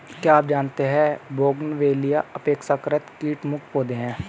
क्या आप जानते है बोगनवेलिया अपेक्षाकृत कीट मुक्त पौधे हैं?